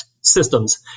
systems